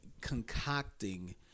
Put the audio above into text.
concocting